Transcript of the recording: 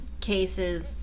cases